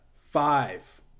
Five